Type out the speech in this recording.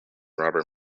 robert